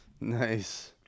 Nice